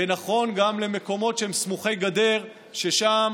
ונכון גם למקומות סמוכי גדר, ששם